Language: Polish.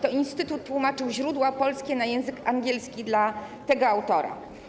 To instytut tłumaczył źródła polskie na język angielski dla tego autora.